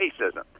racism